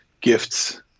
gifts